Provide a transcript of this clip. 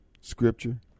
scripture